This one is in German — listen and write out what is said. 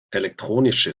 elektronische